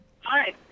Hi